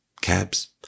cabs